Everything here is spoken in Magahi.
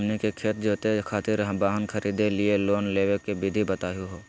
हमनी के खेत जोते खातीर वाहन खरीदे लिये लोन लेवे के विधि बताही हो?